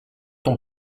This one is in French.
ton